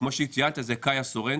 כמו שציינת זה קיה סורנטו,